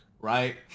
right